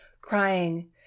crying